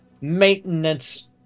maintenance